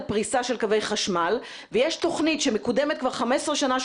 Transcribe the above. פריסה של קווי חשמל ויש תוכנית של הרחבה שמקודמת כבר 15 שנה,